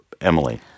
Emily